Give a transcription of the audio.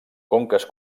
conques